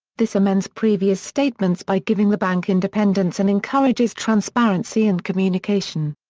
this amends previous statements by giving the bank independence and encourages transparency and communication.